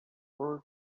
ever